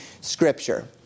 Scripture